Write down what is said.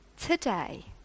today